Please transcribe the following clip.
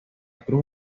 cruz